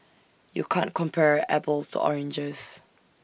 you can't compare apples to oranges